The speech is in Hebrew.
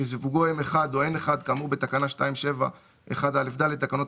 שסיווגו M1 או N1 כאמור בתקנה 271א(ד) לתקנות